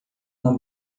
uma